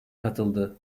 katıldı